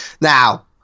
Now